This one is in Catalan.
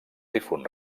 difunt